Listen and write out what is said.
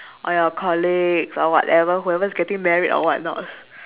or your colleagues or what ever who ever is getting married or what not